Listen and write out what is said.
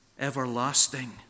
everlasting